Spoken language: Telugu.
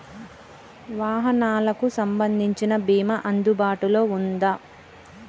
వాహనాలకు సంబంధించిన బీమా అందుబాటులో ఉందా?